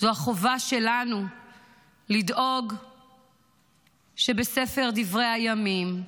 זאת החובה שלנו לדאוג שבספר דברי הימים,